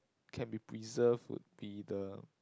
can be preserved would be the